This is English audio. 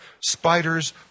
Spiders